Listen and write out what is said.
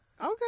okay